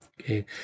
Okay